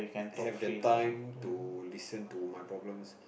have the time to listen to my problems